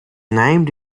named